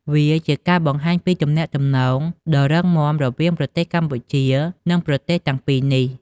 វាជាការបង្ហាញពីទំនាក់ទំនងដ៏រឹងមាំរវាងប្រទេសកម្ពុជា និងប្រទេសទាំងពីរនេះ។